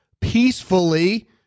Peacefully